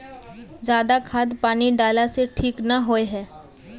ज्यादा खाद पानी डाला से ठीक ना होए है?